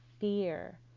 fear